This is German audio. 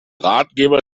ratgeber